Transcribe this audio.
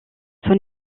son